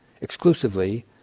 exclusively